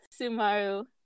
Sumaru